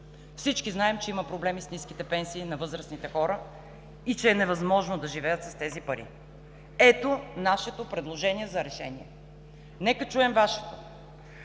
Всички знаем, че има проблеми с ниските пенсии на възрастните хора и че е невъзможно да живеят с тези пари. Ето нашето предложение за решение. Нека чуем Вашето.